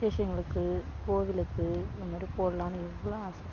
விசேஷங்களுக்கு கோவிலுக்கு இதை மாதிரி போடலான்னு எவ்வளோ ஆசைப்பட்டேன்